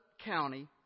County